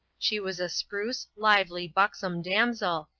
she was a spruce, lively, buxom damsel,